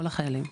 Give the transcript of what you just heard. כל החיילים.